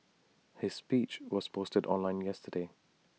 his speech was posted online yesterday